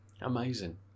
Amazing